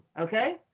okay